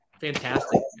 fantastic